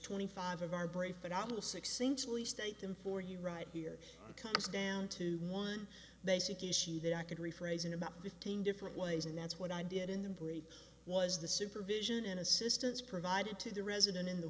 only state them for you right here it comes down to one basic issue that i could rephrase in about fifteen different ways and that's what i did in the brief was the supervision and assistance provided to the resident in the